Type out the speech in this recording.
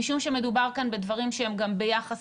משום שמדובר כאן בדברים שהם גם ביחס